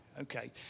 Okay